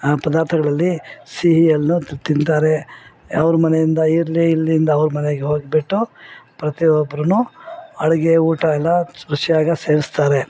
ಪದಾರ್ಥಗ್ಳಲ್ಲಿ ಸಿಹಿಯಲ್ಲಿ ತಿಂತಾರೆ ಅವ್ರ ಮನೆಯಿಂದ ಇಲ್ಲಿ ಇಲ್ಲಿಂದ ಅವ್ರ್ ಮನೆಗೆ ಹೋಗಿಬಿಟ್ಟು ಪ್ರತಿ ಒಬ್ರು ಅಡುಗೆ ಊಟ ಎಲ್ಲ ರುಚಿಯಾಗೇ ಸೇವಿಸ್ತಾರೆ